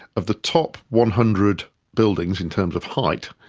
of the top one hundred buildings in terms of height,